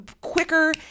quicker